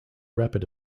rapid